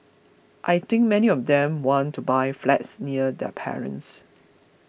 I think many of them want to buy flats near their parents